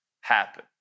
happen